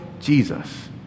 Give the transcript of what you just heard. Jesus